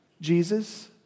Jesus